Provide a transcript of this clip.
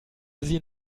sie